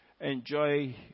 enjoy